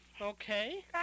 Okay